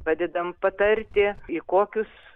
padedam patarti į kokius